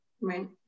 Right